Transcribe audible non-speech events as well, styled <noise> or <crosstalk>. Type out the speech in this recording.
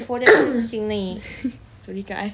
<coughs> sorry kak eh